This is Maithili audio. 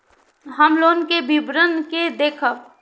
हम लोन के विवरण के देखब?